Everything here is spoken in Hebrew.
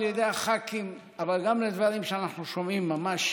ידי הח"כים וגם לדברים שאנחנו שומעים ממש